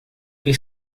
que